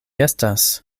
estas